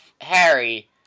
Harry